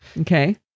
Okay